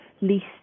least